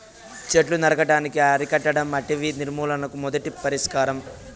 చెట్లను నరకటాన్ని అరికట్టడం అటవీ నిర్మూలనకు మొదటి పరిష్కారం